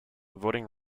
voting